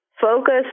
focus